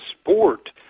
sport